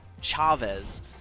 Chavez